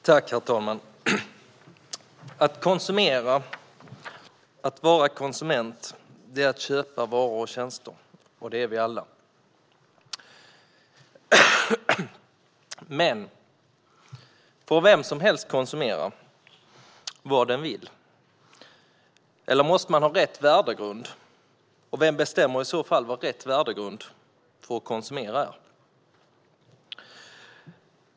Herr talman! Att konsumera och vara konsument är att köpa varor och tjänster. Det är vi alla. Men får vem som helst konsumera vad den vill, eller måste man ha rätt värdegrund? Vem bestämmer i så fall vad rätt värdegrund för att konsumera är?